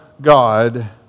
God